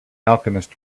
alchemist